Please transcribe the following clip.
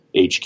HQ